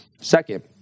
Second